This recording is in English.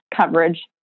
coverage